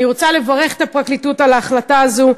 אני רוצה לברך את הפרקליטות על ההחלטה הזאת.